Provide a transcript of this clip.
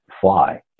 fly